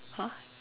!huh!